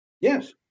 Yes